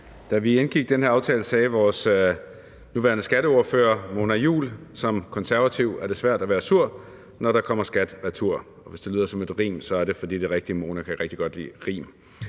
Da vi indgik den her aftale, sagde vores nuværende skatteordfører, Mona Juul: Som konservativ er det svært at være sur, når der kommer skat retur. Hvis det lyder som et rim, er det, fordi Mona rigtig godt kan lide rim.